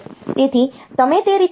તેથી તમે તે રીતે કહી શકો છો